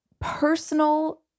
personal